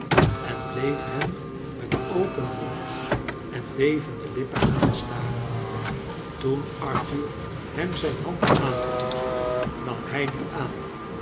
en bleef hen met open mond en bevende lippen aanstaren toen arthur hem zijn hand aanbood nam hij die aan